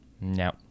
No